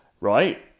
right